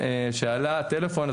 לסטודנטים שעלה הטלפון.